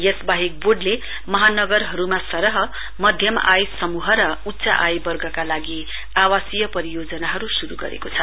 यस वाहेक वोर्डले महानगरहरूमा सरह मध्यम आय समूह र उच्च आय वर्गका लागि आवासीय परियोजनाहरू शुरू गरेको छ